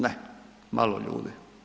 Ne, malo ljudi.